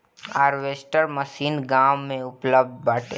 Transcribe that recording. harvester machine गाँव में उपलब्ध बाटे